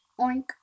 oink